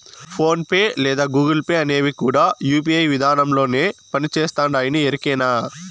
phone pay లేదా Google Pay అనేవి కూడా యూ.పీ.ఐ విదానంలోనే పని చేస్తుండాయని ఎరికేనా